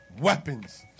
Weapons